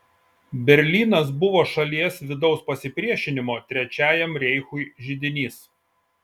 berlynas buvo šalies vidaus pasipriešinimo trečiajam reichui židinys